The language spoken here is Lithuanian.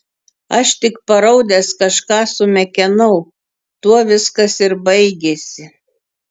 aš tik paraudęs kažką sumekenau tuo viskas ir baigėsi